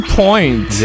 point